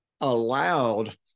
allowed